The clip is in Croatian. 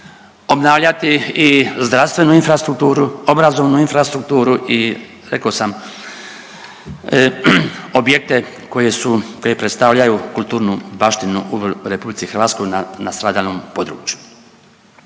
obnavljati i zdravstvenu infrastrukturu, obrazovnu infrastrukturu i reko sam objekte koje su koje predstavljaju kulturnu baštinu u RH na nastradalom području.